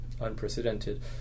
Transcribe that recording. unprecedented